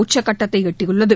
உச்சகட்டத்தை எட்டியுள்ளது